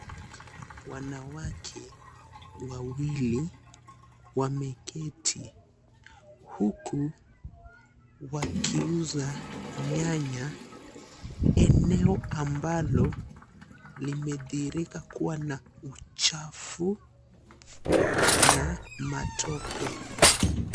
Wanawake wawili wameketi huku wakiuza nyanya eneo ambalo limethihirika kuwa na uchafu na matope.